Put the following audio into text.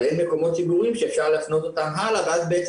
אין מקומות ציבוריים שאפשר להפנות אותם הלאה ואז הם